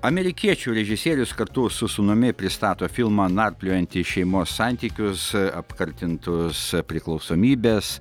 amerikiečių režisierius kartu su sūnumi pristato filmą narpliojantį šeimos santykius apkaltintus priklausomybės